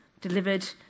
delivered